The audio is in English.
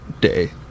day